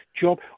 job